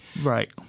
Right